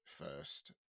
first